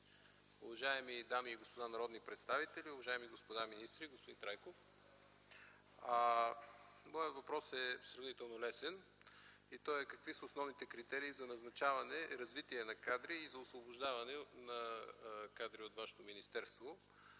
уважаеми дами и господа народни представители, уважаеми господа министри, господин Трайков! Моят въпрос е сравнително лесен. Той е: какви са основните критерии за назначаване, развитие на кадри и за освобождаване на кадри от вашето министерство?